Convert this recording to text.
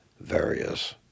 various